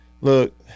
look